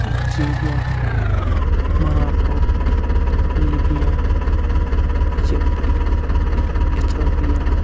Algeria Morocco Libya Egypt Ethiopia